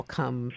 come